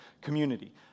community